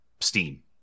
steam